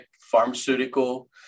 pharmaceutical